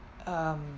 um